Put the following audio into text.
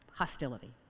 hostility